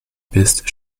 bist